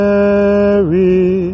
Mary